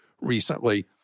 recently